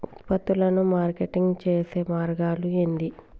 ఉత్పత్తులను మార్కెటింగ్ చేసే మార్గాలు ఏంది?